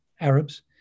Arabs